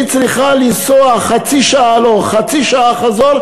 היא צריכה לנסוע חצי שעה הלוך וחצי שעה חזור,